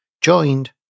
joined